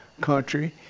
country